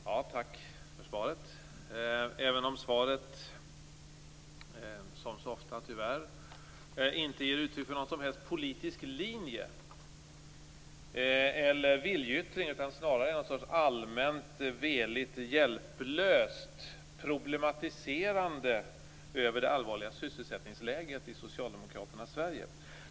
Herr talman! Tack för svaret, även om det - som så ofta, tyvärr - inte ger uttryck för någon som helst politisk linje eller viljeyttring utan snarare innebär något slags allmänt, veligt, hjälplöst problematiserande av det allvarliga sysselsättningsläget i socialdemokraternas Sverige.